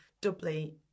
doubly